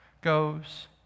goes